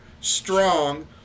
strong